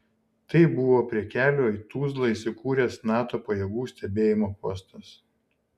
tai buvo prie kelio į tuzlą įsikūręs nato pajėgų stebėjimo postas